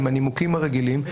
עם הנימוקים הרגילים,